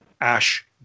Ash